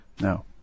No